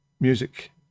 music